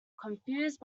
confused